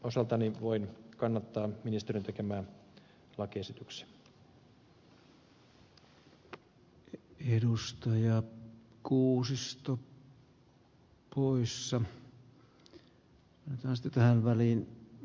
osaltani voin kannattaa ministeriön tekemää lakiesitystä